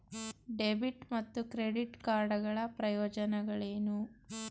Debit ಮತ್ತು credit card ಗಳ ಪ್ರಯೋಜನಗಳೇನು?